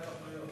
כנאשם.